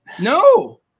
No